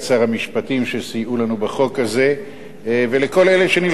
שסייעו לנו בחוק הזה ולכל אלה שנלחמים בטרור.